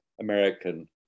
American